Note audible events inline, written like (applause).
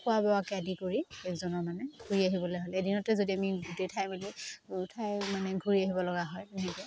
খোৱা বোৱাকে আদি কৰি এজনৰ মানে ঘূৰি আহিবলে হ'লে এদিনতে যদি আমি (unintelligible) মানে ঘূৰি আহিব লগা হয় (unintelligible)